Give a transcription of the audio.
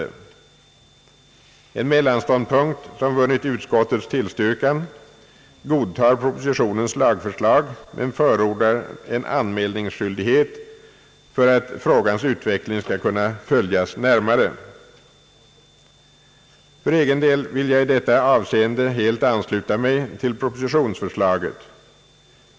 En mellanståndpunkt, som har vunnit utskottets tillstyrkan, godtar propositionens lagförslag men förordar en anmälningsskyldighet för att frågans utveckling skall kunna följas närmare. För egen del vill jag i detta avseende helt ansluta mig till propositionens förslag.